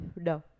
No